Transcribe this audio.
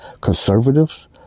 Conservatives